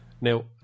Now